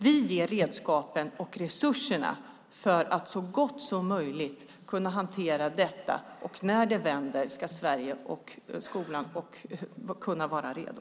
Vi ger redskapen och resurserna för att så bra som möjligt hantera detta, och när det vänder ska den svenska skolan vara redo.